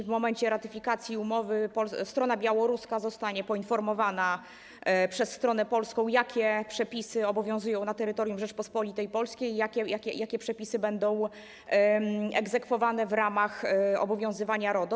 W momencie ratyfikacji umowy strona białoruska zostanie poinformowana przez stronę polską, jakie przepisy obowiązują na terytorium Rzeczypospolitej Polskiej, jakie przepisy będą egzekwowane w ramach obowiązywania RODO.